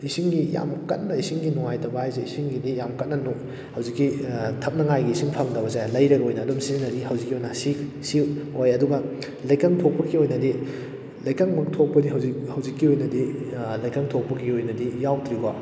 ꯏꯁꯤꯡꯒꯤ ꯌꯥꯝ ꯀꯟꯅ ꯏꯁꯤꯡꯒꯤ ꯅꯨꯡꯉꯥꯏꯇꯕ ꯍꯥꯏꯁꯦ ꯏꯁꯤꯡꯒꯤꯗꯤ ꯌꯥꯝ ꯀꯟꯅ ꯍꯧꯖꯤꯛꯀꯤ ꯊꯛꯅꯉꯥꯏꯒꯤ ꯏꯁꯤꯡ ꯐꯪꯗꯕꯁꯦ ꯂꯩꯔꯒ ꯑꯣꯏꯅ ꯑꯗꯨꯝ ꯁꯤꯖꯤꯟꯅꯔꯤ ꯍꯧꯖꯤꯛꯀꯤ ꯑꯣꯏꯅ ꯁꯤ ꯁꯤ ꯑꯣꯏ ꯑꯗꯨꯒ ꯂꯩꯀꯪ ꯊꯣꯛꯄꯒꯤ ꯑꯣꯏꯅꯗꯤ ꯂꯩꯀꯪꯃꯨꯛ ꯊꯣꯛꯄꯗꯤ ꯍꯧꯖꯤꯛ ꯍꯧꯖꯤꯛꯀꯤ ꯑꯣꯏꯅꯗꯤ ꯂꯩꯀꯪ ꯊꯣꯛꯄꯒꯤ ꯑꯣꯏꯅꯗꯤ ꯌꯥꯎꯗ꯭ꯔꯤꯀꯣ